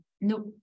no